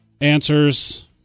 answers